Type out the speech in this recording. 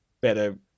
better